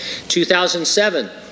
2007